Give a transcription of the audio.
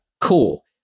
Cool